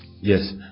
Yes